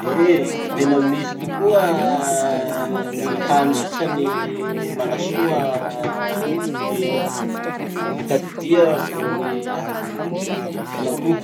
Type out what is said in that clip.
Eh la tena misy tokoa ny hany sasany manasoa ny raha, fitadidia vo ny raha, vo ny fifantoha.